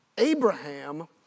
Abraham